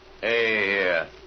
Hey